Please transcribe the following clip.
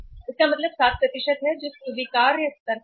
इसका मतलब 7 है जो स्वीकार्य स्तर पर है